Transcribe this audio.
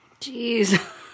Jeez